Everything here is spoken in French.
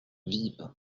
vive